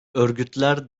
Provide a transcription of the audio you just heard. örgütler